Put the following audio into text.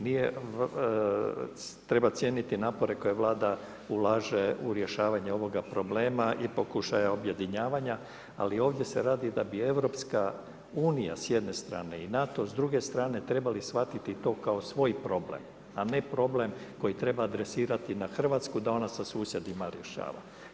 Nije, treba cijeniti napore koje Vlada ulaže u rješavanje ovoga problema i pokušaja objedinjavanja ali ovdje se radi da bi Europska unija s jedne strane i NATO s druge strane trebali shvatiti to kao svoj problem, a ne problem koji treba adresirati na Hrvatsku da ona sa susjedima rješava.